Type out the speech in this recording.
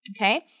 Okay